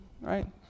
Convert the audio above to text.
right